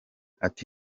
ati